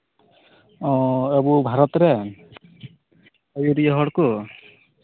ᱚ ᱟᱵᱚ ᱵᱷᱟᱨᱚᱛᱨᱮ ᱟᱹᱭᱩᱨᱤᱭᱟᱹ ᱦᱚᱲ ᱠᱚ